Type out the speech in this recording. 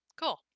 Cool